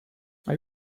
are